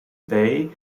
bay